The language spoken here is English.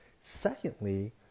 Secondly